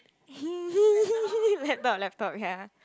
laptop laptop ya